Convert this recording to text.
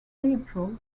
april